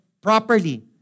properly